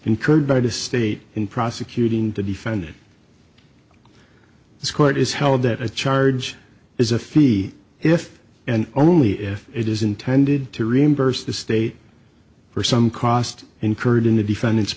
incurred by the state in prosecuting the defendant this court is held that a charge is a fee if and only if it is intended to reimburse the state for some cost incurred in the defendant's